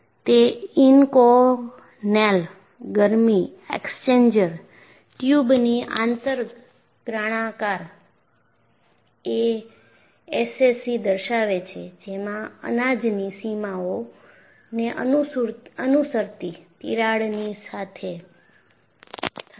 તે ઇનકોનેલ ગરમી એક્સ્ચેન્જર ટ્યુબની આંતરગ્રાણાકાર એ એસસીસી દર્શાવે છે જેમાં અનાજની સીમાઓને અનુસરતી તિરાડની સાથે થાય છે